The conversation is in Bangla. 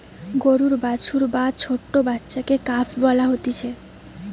গরুর বাছুর বা ছোট্ট বাচ্চাকে কাফ বলা হতিছে